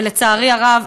ולצערי הרב,